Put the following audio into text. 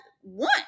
one